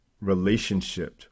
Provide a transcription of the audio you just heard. relationship